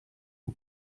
who